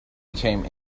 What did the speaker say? became